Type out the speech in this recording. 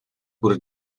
por